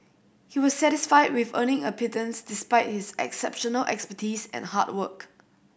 he was satisfied with earning a pittance despite his exceptional expertise and hard work